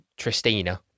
Tristina